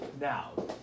Now